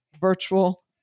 virtual